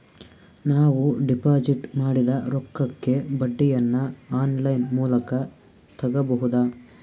ನಾವು ಡಿಪಾಜಿಟ್ ಮಾಡಿದ ರೊಕ್ಕಕ್ಕೆ ಬಡ್ಡಿಯನ್ನ ಆನ್ ಲೈನ್ ಮೂಲಕ ತಗಬಹುದಾ?